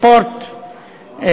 ספורט,